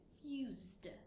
confused